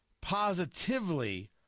positively